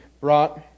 brought